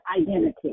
identity